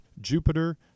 Jupiter